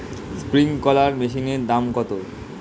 Sprinkler মেশিনের দাম কত?